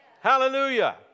Hallelujah